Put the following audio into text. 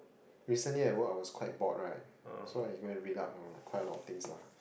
recently at work I was quite bored right so I go and read up on quite a lot of things lah